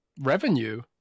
revenue